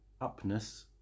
upness